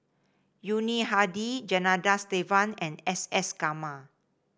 Yuni Hadi Janadas Devan and S S Garma